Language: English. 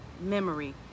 memory